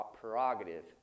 prerogative